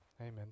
amen